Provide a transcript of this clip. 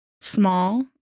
small